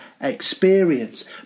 experience